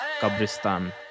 Kabristan